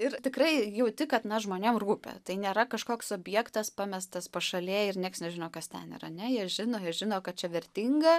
ir tikrai jauti kad na žmonėm rūpi tai nėra kažkoks objektas pamestas pašalėj ir nieks nežino kas ten yra ne jie žino jie žino kad čia vertinga